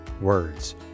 words